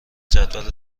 جدول